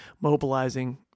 mobilizing